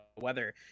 weather